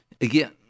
Again